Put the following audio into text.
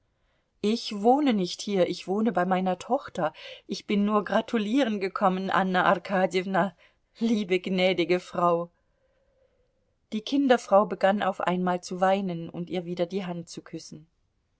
ich wohne nicht hier ich wohne bei meiner tochter ich bin nur gratulieren gekommen anna arkadjewna liebe gnädige frau die kinderfrau begann auf einmal zu weinen und ihr wieder die hand zu küssen